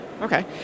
Okay